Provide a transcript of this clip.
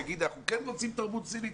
תגיד אנחנו כן רוצים תרבות סינית,